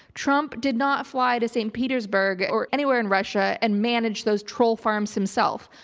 trump did not fly to saint petersburg or anywhere in russia and manage those troll farms himself.